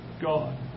God